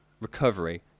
recovery